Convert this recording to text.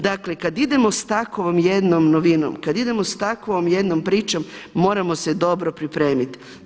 Dakle kad idemo s takvom jednom novinom, kad idemo s takvom jednom pričom moramo se dobro pripremiti.